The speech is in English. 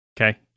Okay